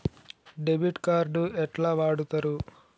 Debit card ఎట్లా వాడుతరు?